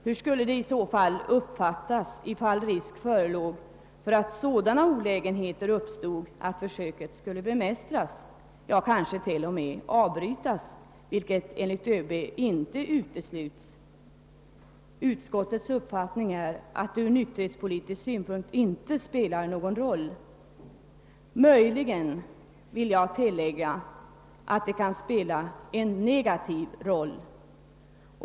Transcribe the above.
Hur skulle det i så fall uppfattas, ifall risk förelåg för att sådana olägenheter uppstod att försöket kanske t.o.m. skulle behöva avbrytas, vilket enligt ÖB inte utesluts? Utskottets uppfattning är att försöksverksamheten ur nykterhetspolitisk synpunkt inte spelar någon roll. Jag skulle vilja tillägga att det dock kan spela en negativ roll.